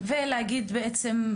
ולהגיד בעצם,